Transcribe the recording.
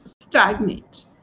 stagnate